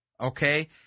okay